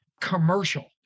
commercial